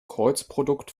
kreuzprodukt